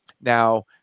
now